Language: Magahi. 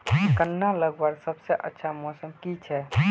गन्ना लगवार सबसे अच्छा मौसम की छे?